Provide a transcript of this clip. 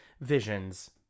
visions